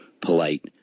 polite